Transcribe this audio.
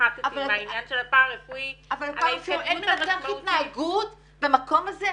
נחתי מהעניין של הפארא-רפואי -- אבל אין מנתח התנהגות במקום הזה?